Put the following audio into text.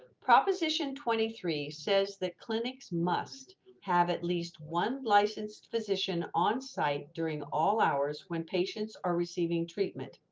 proposition twenty three says that clinics must have at least one licensed physician on site during all hours when patients are receiving treatment,